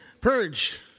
Purge